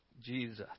Jesus